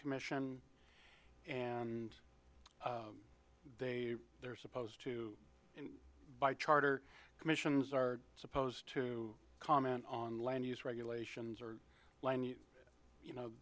commission and they are supposed to by charter commissions are supposed to comment on land use regulations or you know